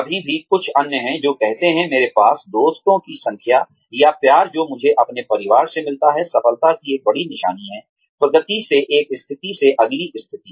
अभी भी कुछ अन्य हैं जो कहते हैं मेरे पास दोस्तों की संख्या या प्यार जो मुझे अपने परिवार से मिलता है सफलता की एक बड़ी निशानी है प्रगति से एक स्थिति से अगली स्थिति